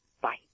bye